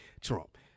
Trump